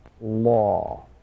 law